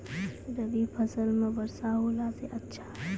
रवी फसल म वर्षा होला से अच्छा छै?